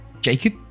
Jacob